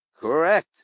Correct